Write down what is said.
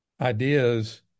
ideas